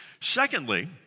Secondly